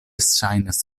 ŝajnas